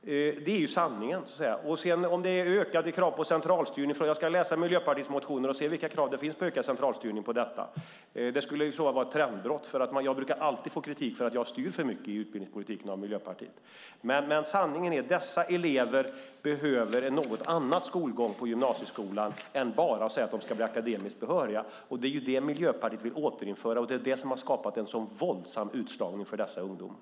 Det är sanningen. När det gäller om det är ökade krav på centralstyrning ska jag läsa Miljöpartiets motioner och se vilka krav på ökad centralstyrning det finns. Det skulle i så fall vara ett trendbrott. Jag brukar alltid få kritik av Miljöpartiet för att jag styr för mycket i utbildningspolitiken. Sanningen är att dessa elever behöver en något annan skolgång på gymnasieskolan. Det räcker inte att bara säga att de ska bli akademiskt behöriga. Det är vad Miljöpartiet vill återinföra. Det är vad som har skapat en så våldsam utslagning för dessa ungdomar.